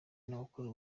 n’abakora